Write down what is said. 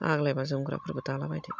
आग्लायब्ला जोमग्राफोरबो दालाबायदो